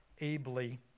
ably